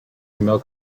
email